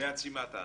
בעצימת העין.